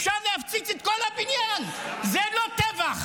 אפשר להפציץ את כל הבניין, זה לא טבח.